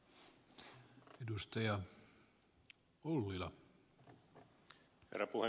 herra puhemies